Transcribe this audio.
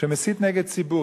שמסית נגד ציבור,